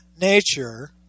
nature